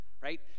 Right